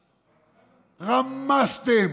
רמסתם,